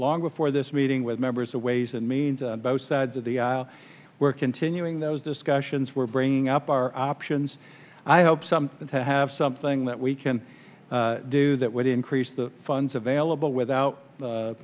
long before this meeting with members of ways and means both sides of the aisle we're continuing those discussions we're bringing up our options i hope some to have something that we can do that would increase the funds available without